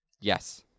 yes